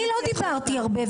אני לא דיברתי הרבה.